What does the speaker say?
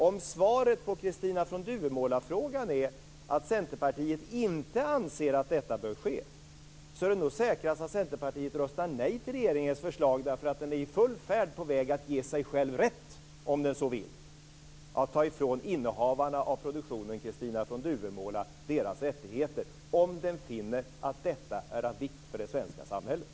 Om svaret på Kristina från Duvemåla-frågan är att Centerpartiet inte anser att detta bör ske, är det säkrast att Centerpartiet röstar nej till regeringens förslag, eftersom man är på väg att ge sig själv rätt att ta ifrån innehavarna av produktionen Kristina från Duvemåla deras rättigheter, om den finner att detta är av vikt för det svenska samhället.